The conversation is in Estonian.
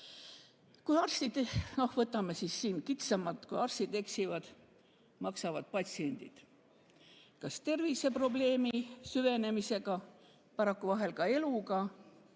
Kui arstid, võtame siin kitsamalt, eksivad, maksavad patsiendid kas terviseprobleemi süvenemisega või paraku vahel ka eluga.